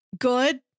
Good